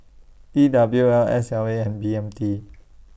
E W L S L A and B M T